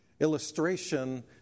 illustration